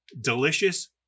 Delicious